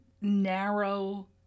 narrow